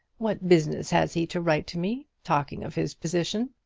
what business has he to write to me, talking of his position?